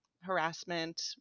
harassment